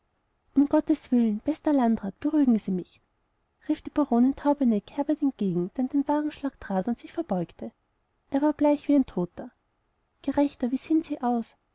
um gotteswillen bester landrat beruhigen sie mich rief die baronin taubeneck herbert entgegen der an den wagenschlag trat und sich verbeugte er war bleich wie ein toter gerechter wie sehen sie aus